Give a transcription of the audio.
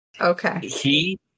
Okay